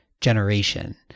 generation